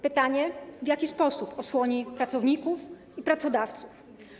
Pytanie, w jaki sposób osłoni pracowników i pracodawców.